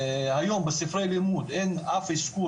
היום בספרי לימוד אין אף אזכור,